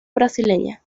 brasileña